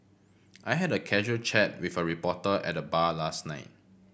I had a casual chat with a reporter at the bar last night